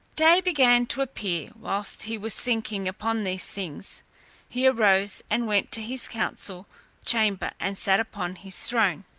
day began to appear whilst he was thinking upon these things he arose and went to his council chamber, and sat upon his throne.